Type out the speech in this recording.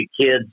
kid's